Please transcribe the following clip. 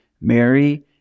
Mary